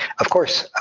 of course,